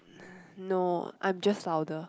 no I'm just louder